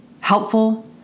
helpful